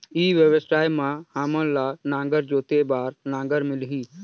ई व्यवसाय मां हामन ला नागर जोते बार नागर मिलही?